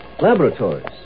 laboratories